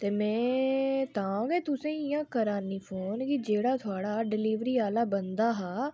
ते में तां गै इ'यां तुसें गी करा नी फोन कि जेह्ड़ा थोआढ़ा डिलवरी आह्ला बंदा हा